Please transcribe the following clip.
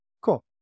Cool